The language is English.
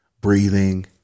breathing